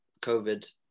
COVID